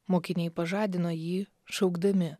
mokiniai pažadino jį šaukdami